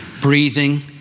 breathing